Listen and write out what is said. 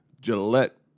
Gillette